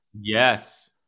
Yes